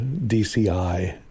DCI